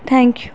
thank you